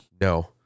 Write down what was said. No